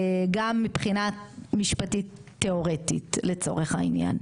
גם מבחינה משפטית תיאורטית לצורך העניין.